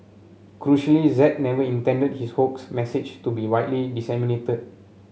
crucially Z never intended his 'hoax' message to be widely disseminated